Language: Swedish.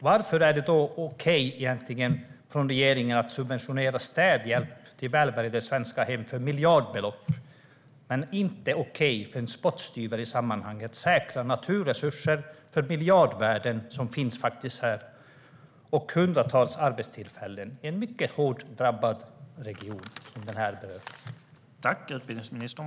Varför är det okej från regeringens sida att subventionera städhjälp till välbärgade svenska hem för miljardbelopp men inte okej att för en i sammanhanget spottstyver säkra naturresurser för miljardvärden och hundratals arbetstillfällen i en mycket hård drabbad region?